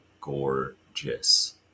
gorgeous